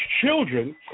children